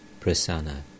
Prasanna